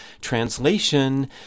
Translation